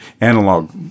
analog